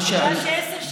כן, בגלל שעשר שנים,